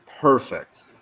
perfect